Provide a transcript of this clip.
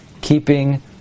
keeping